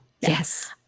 Yes